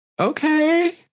Okay